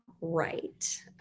right